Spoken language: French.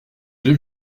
j’ai